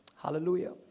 Hallelujah